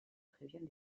prévient